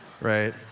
right